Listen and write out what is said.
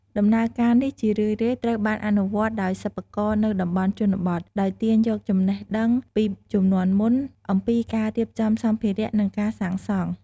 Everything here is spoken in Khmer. ដំណើរការនេះជារឿយៗត្រូវបានអនុវត្តដោយសិប្បករនៅតំបន់ជនបទ ដោយទាញយកចំណេះដឹងពីជំនាន់មុនអំពីការរៀបចំសម្ភារៈ និងការសាងសង់។